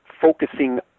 focusing